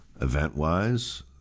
event-wise